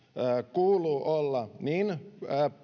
kuuluu olla niin